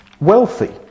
wealthy